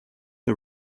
are